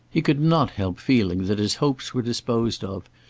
he could not help feeling that his hopes were disposed of,